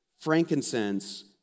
Frankincense